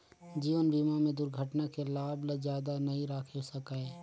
जीवन बीमा में दुरघटना के लाभ ल जादा नई राखे सकाये